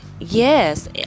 yes